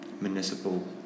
municipal